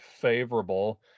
favorable